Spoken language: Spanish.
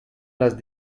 las